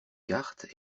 cartes